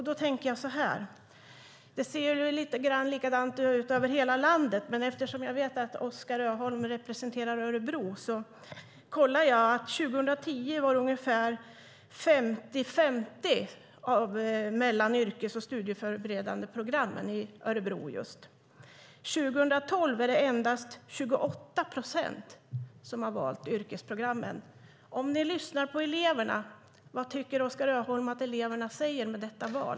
Det ser ungefär likadant ut över hela landet, men eftersom jag vet att Oskar Öholm representerar Örebro har jag tagit reda på att det 2010 var ungefär 50-50 i valet mellan de yrkes och studieförberedande programmen i Örebro. År 2012 är det endast 28 procent som har valt yrkesprogrammen. Om ni lyssnar på eleverna: Vad tycker Oskar Öholm att eleverna säger med detta val?